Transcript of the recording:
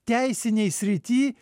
teisinėj srity